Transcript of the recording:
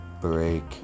break